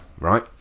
right